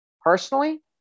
personally